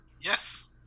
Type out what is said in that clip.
Yes